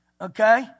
okay